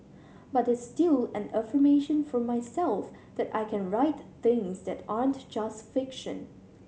but it's still an affirmation for myself that I can write things that aren't just fiction